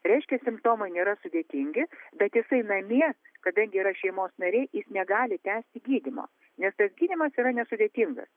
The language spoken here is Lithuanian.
reiškia simptomai nėra sudėtingi bet jisai namie kadangi yra šeimos nariai jis negali tęsti gydymo nes tas gydymas yra nesudėtingas